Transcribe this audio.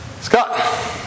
Scott